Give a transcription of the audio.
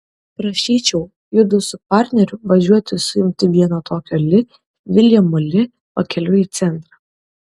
prašyčiau judu su partneriu važiuoti suimti vieno tokio li viljamo li pakeliui į centrą